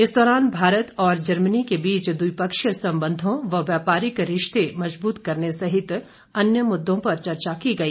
इस दौरान भारत और जर्मनी के बीच द्विपक्षीय संबंधो व व्यापारिक रिश्ते मजबूत करने सहित अन्य मुददों पर चर्चा की गई